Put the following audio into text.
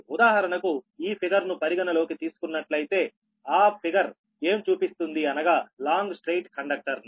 ఉదాహరణకు ఈ ఫిగర్ ను పరిగణలోకి తీసుకున్నట్లయితే ఆ ఫిగర్ ఏం చూపిస్తుంది అనగా లాంగ్ స్ట్రెయిట్ కండక్టర్ ని